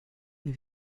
have